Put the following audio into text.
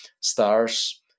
stars